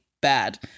bad